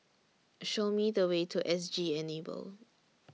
Show Me The Way to S G Enable